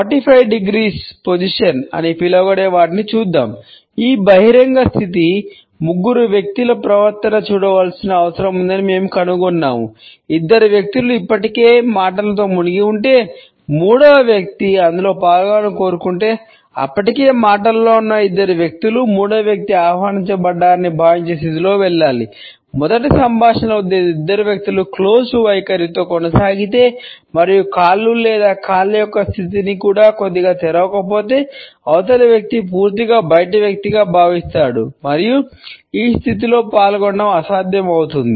45 డిగ్రీల open position కొనసాగితే మరియు కాళ్ళు లేదా కాళ్ళ యొక్క స్థితిని కూడా కొద్దిగా తెరవకపోతే అవతలి వ్యక్తి పూర్తిగా బయటి వ్యక్తిగా భావిస్తాడు మరియు ఈ స్థితిలో పాల్గొనడం అసాధ్యం అవుతుంది